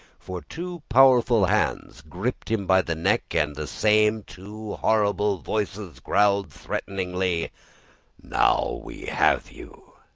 for two powerful hands grasped him by the neck and the same two horrible voices growled threateningly now we have you!